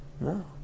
No